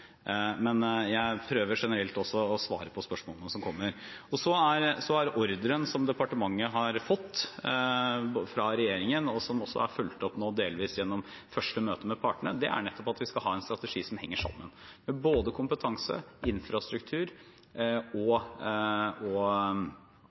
Men jeg prøver generelt å svare på spørsmålene som kommer. Ordren som departementet har fått fra regjeringen, og som også nå delvis er fulgt opp gjennom første møte med partene, er nettopp at vi skal ha en strategi som henger sammen – både kompetanse, infrastruktur og